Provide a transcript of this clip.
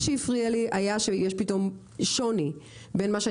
מה שהפריע לי זה שיש פתאום שוני בין מה שאני